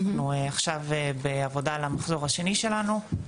אנחנו עכשיו בעבודה על המחזור השני שלנו.